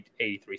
83